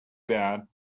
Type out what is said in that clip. bad